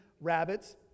rabbits